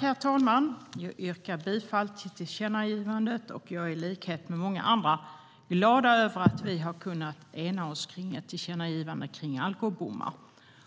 Herr talman! Jag yrkar bifall till tillkännagivandet och är i likhet med många andra glad över att vi har kunnat ena oss kring ett tillkännagivande om alkobommar.